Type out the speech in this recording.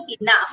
enough